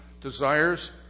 desires